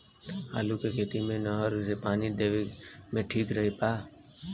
आलू के खेती मे नहर से पानी देवे मे ठीक बा?